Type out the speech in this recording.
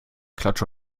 klatsch